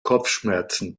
kopfschmerzen